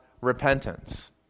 repentance